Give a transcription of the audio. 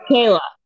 Kayla